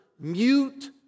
mute